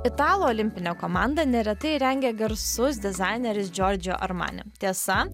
italų olimpinę komandą neretai rengia garsus dizaineris giorgio armani tiesa